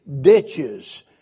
ditches